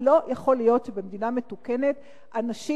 אבל לא יכול להיות שבמדינה מתוקנת אנשים